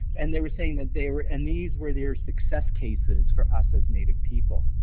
and they were saying that they were and these were their success cases for us as native people.